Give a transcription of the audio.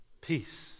Peace